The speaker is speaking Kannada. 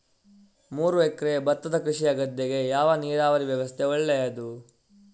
ಮೂರು ಎಕರೆ ಭತ್ತದ ಕೃಷಿಯ ಗದ್ದೆಗೆ ಯಾವ ನೀರಾವರಿ ವ್ಯವಸ್ಥೆ ಒಳ್ಳೆಯದು?